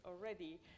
already